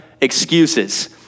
excuses